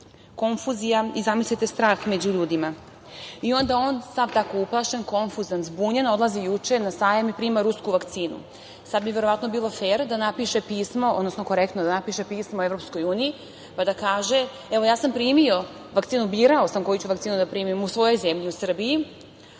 konfuzija i, zamislite, strah među ljudima. I onda on, sav tako uplašen, konfuzan, zbunjen, odlazi juče na Sajam i prima rusku vakcinu. Sad bi verovatno bilo fer da napiše pismo, odnosno korektno da napiše pismo Evropskoj uniji, pa da kaže – evo, ja sam primio vakcinu, birao sam koju ću vakcinu da primim u svojoj zemlji u Srbiji,